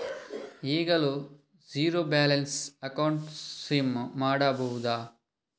ಈಗಲೂ zero balance account scheme ಮಾಡಬಹುದಾ?